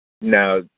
Now